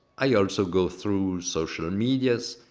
i also go through social medias,